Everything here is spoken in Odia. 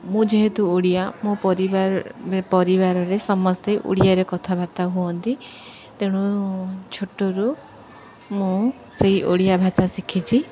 ମୁଁ ଯେହେତୁ ଓଡ଼ିଆ ମୋ ପରିବାର ପରିବାରରେ ସମସ୍ତେ ଓଡ଼ିଆରେ କଥାବାର୍ତ୍ତା ହୁଅନ୍ତି ତେଣୁ ଛୋଟରୁ ମୁଁ ସେଇ ଓଡ଼ିଆ ଭାଷା ଶିଖିଛି